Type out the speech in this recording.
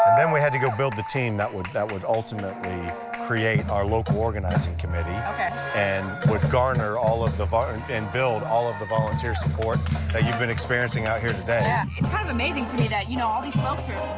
then we had to go build the team that would, that would ultimately create our local organizing committee. okay. and would garner all of the, but and build all of the volunteer support that ah you've been experiencing out here today. yeah. it's kind of amazing to me that, you know, all these folks are,